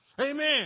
Amen